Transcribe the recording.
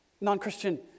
Non-Christian